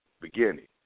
beginning